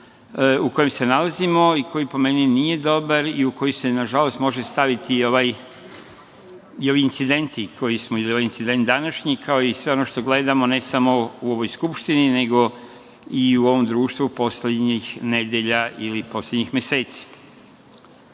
u kojem se nalazimo i koji, po meni, nije dobar, i u koji se, nažalost, mogu staviti i ovi incidenti, ovaj današnji, kao i sve ono što gledamo, ne samo u ovoj Skupštini, nego i u ovom društvu poslednjih nedelja ili poslednjih meseci. Ne